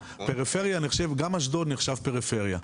פריפריה, אני חושב, גם אשדוד נחשב פריפריה.